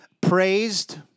praised